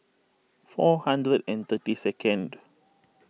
four hundred and thirty second